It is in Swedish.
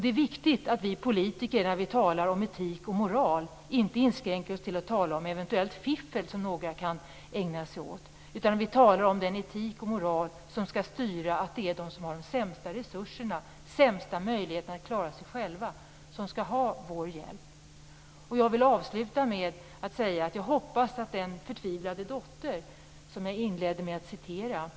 Det är viktigt att vi politiker, när vi talar om etik och moral, inte inskränker oss till att tala om eventuellt fiffel som några ägnar sig åt. Det är viktigt att vi i stället talar om den etik och moral som skall styra. Det är de som har de minsta resurserna, de sämsta möjligheterna att klara sig själva, som skall ha vår hjälp. Jag vill avsluta med att säga något om den förtvivlade dotter som jag inledde med att referera till.